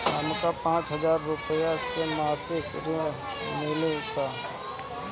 हमका पांच हज़ार रूपया के मासिक ऋण मिली का?